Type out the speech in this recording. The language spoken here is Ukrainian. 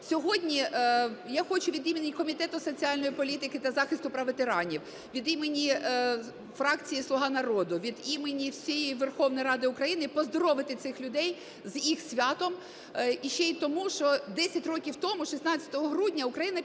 Сьогодні я хочу від імені Комітету соціальної політики та захисту прав ветеранів, від імені фракції "Слуга народу", від імені всієї Верховної Ради України поздоровити цих людей з їх святом іще й тому, що 10 років тому 16 грудня Україна